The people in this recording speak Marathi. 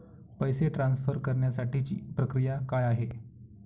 पैसे ट्रान्सफर करण्यासाठीची प्रक्रिया काय आहे?